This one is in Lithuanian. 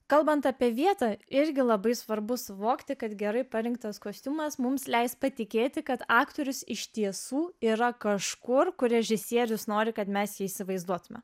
kalbant apie vietą irgi labai svarbu suvokti kad gerai parinktas kostiumas mums leis patikėti kad aktorius iš tiesų yra kažkur kur režisierius nori kad mes jį įsivaizduotume